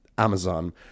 Amazon